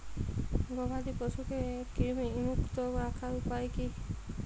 গবাদি পশুকে কৃমিমুক্ত রাখার উপায় কী?